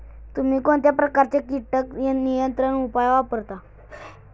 तुम्ही कोणत्या प्रकारचे कीटक नियंत्रण उपाय वापरता?